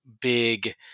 big